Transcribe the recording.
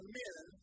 men